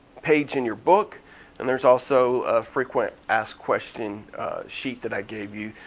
page in your book and there's also a frequent asked question sheet that i gave you.